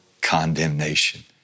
condemnation